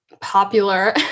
popular